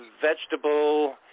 vegetable